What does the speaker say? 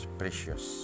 precious